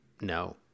No